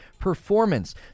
performance